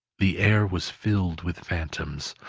the air was filled with phantoms,